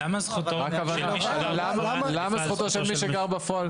למה זכותו של מי שגר בפועל?